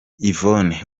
yvonne